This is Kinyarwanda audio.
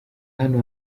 hano